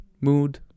mood